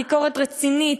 ביקורת רצינית,